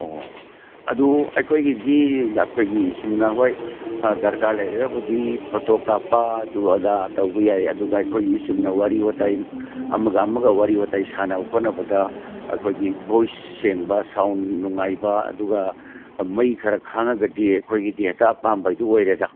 ꯑꯣ ꯑꯗꯨ ꯑꯩꯈꯣꯏꯒꯤꯗꯤ ꯑꯩꯈꯣꯏꯒꯤ ꯆꯨꯝꯅ ꯍꯣꯏ ꯗꯔꯀꯥ꯭ꯔ ꯂꯩꯔꯒꯕꯨꯗꯤ ꯐꯣꯇꯣ ꯀꯥꯞꯄ ꯑꯗꯨ ꯑꯗꯥ ꯇꯧꯕ ꯌꯥꯏ ꯑꯗꯨꯒ ꯑꯩꯈꯣꯏꯗꯤ ꯆꯨꯝꯅ ꯋꯥꯔꯤ ꯋꯥꯇꯥꯏ ꯑꯃꯒ ꯑꯃꯒ ꯋꯥꯔꯤ ꯋꯥꯇꯥꯏ ꯁꯥꯟꯅꯕ ꯈꯣꯠꯅꯕꯗ ꯑꯩꯈꯣꯏꯒꯤ ꯚꯣꯏꯁ ꯁꯦꯡꯕ ꯁꯥꯎꯟ ꯅꯨꯡꯉꯥꯏꯕ ꯑꯗꯨꯒ ꯃꯩ ꯈꯔ ꯈꯥꯡꯉꯒꯗꯤ ꯑꯩꯈꯣꯏꯒꯤꯗꯤ ꯍꯦꯛꯇ ꯑꯄꯥꯝꯕꯗꯨ ꯑꯣꯏꯔꯦꯗ